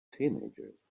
teenagers